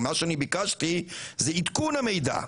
מה שאני ביקשתי זה עדכון המידע.